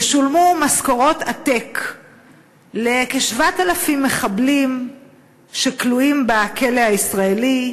ישולמו משכורות עתק לכ-7,000 מחבלים שכלואים בכלא הישראלי,